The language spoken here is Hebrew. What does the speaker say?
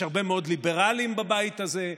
יש הרבה מאוד ליברלים בבית הזה,